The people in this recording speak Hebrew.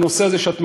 הנושא הזה שאת מעלה,